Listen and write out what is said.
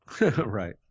Right